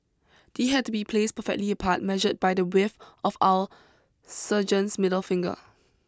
they had to be placed perfectly apart measured by the width of our sergeants middle finger